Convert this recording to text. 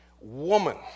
woman